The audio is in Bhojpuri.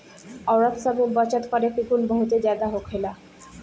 औरत सब में बचत करे के गुण बहुते ज्यादा होखेला